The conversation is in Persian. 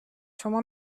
شما